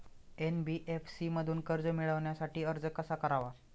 NBFC मधून कर्ज मिळवण्यासाठी अर्ज कसा करावा?